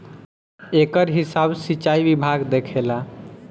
एकर हिसाब सिचाई विभाग देखेला